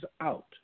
out